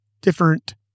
different